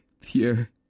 pure